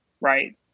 right